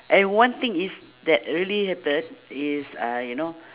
and one thing is that really happened is I you know